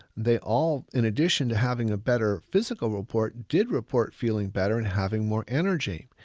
they all, in addition to having a better physical report, did report feeling better and having more energy.